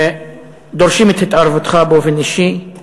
דורשים את התערבותך באופן אישי.